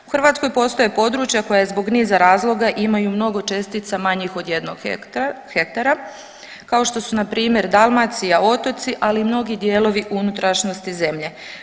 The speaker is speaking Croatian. U Hrvatskoj postoje područja koja zbog niza razloga imaju mnogo čestica manjih od jednog hektara kao što su npr. Dalmacija i otoci, ali i mnogi dijelovi unutrašnjosti zemlje.